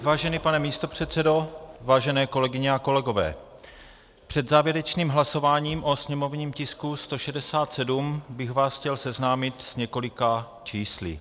Vážený pane místopředsedo, vážené kolegyně a kolegové, před závěrečným hlasováním o sněmovním tisku 167 bych vás chtěl seznámit s několika čísly.